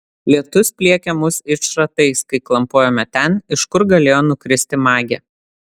lietus pliekė mus it šratais kai klampojome ten iš kur galėjo nukristi magė